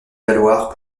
valoir